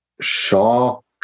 shock